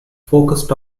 focused